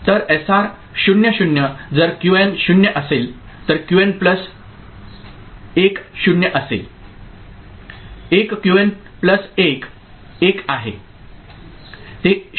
तर एसआर 0 0 जर क्यूएन 0 असेल तर क्यूएन प्लस वन 0 असेल 1 क्यूएन प्लस 1 1 आहे